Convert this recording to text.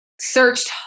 searched